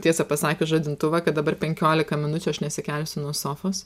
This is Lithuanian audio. tiesą pasakius žadintuvą kad dabar penkiolika minučių aš nesikelsiu nuo sofos